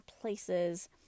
places